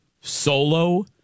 Solo